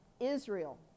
Israel